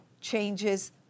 changes